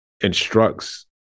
instructs